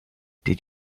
did